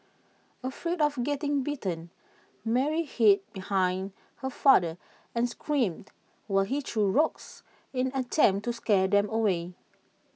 afraid of getting bitten Mary hid behind her father and screamed while he threw rocks in an attempt to scare them away